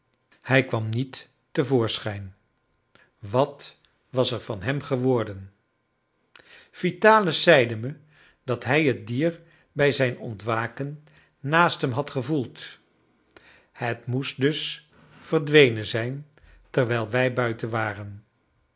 hij kwam niet te voorschijn wat was er van hem geworden vitalis zeide me dat hij het dier bij zijn ontwaken naast hem had gevoeld het moest dus verdwenen zijn terwijl wij buiten waren